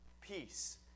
peace